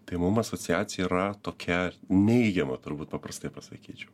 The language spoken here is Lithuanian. tai mum asociacija yra tokia neigiama turbūt paprastai pasakyčiau